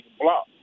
block